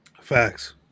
Facts